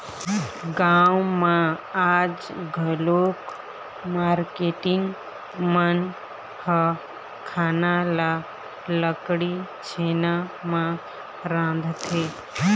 गाँव म आज घलोक मारकेटिंग मन ह खाना ल लकड़ी, छेना म रांधथे